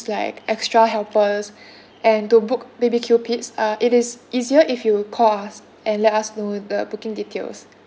like extra helpers and to book B_B_Q pits ah it is easier if you call us and let us know the booking details